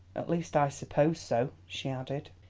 at least, i suppose so, she added.